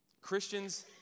Christians